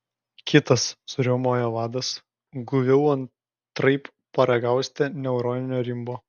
kitas suriaumojo vadas guviau antraip paragausite neuroninio rimbo